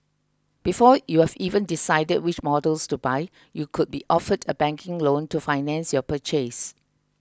before you've even decided which models to buy you could be offered a banking loan to finance your purchase